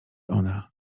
ona